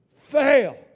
fail